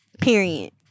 Period